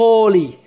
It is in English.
Holy